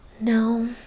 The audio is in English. No